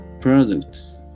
products